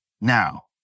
Now